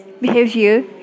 behavior